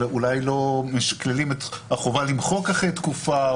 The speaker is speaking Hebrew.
אולי לא משקללים את החובה למחוק אחרי תקופה,